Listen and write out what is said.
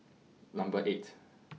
Number eight